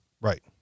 Right